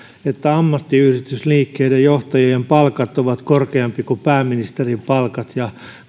että ammattiyhdistysliikkeiden johtajien palkat ovat korkeampia kuin pääministerin palkat ja